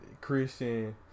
Christian